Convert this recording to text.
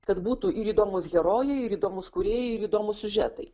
kad būtųir įdomūs herojai ir įdomūs kūrėjai ir įdomūs siužetai